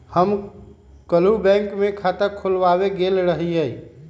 हम काल्हु बैंक में खता खोलबाबे गेल रहियइ